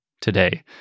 today